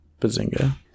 Bazinga